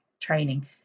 training